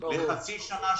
לחצי שנה,